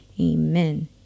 Amen